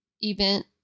event